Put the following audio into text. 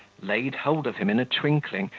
laid hold of him in a twinkling,